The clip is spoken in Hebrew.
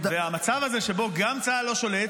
המצב הזה שבו גם צה"ל לא שולט,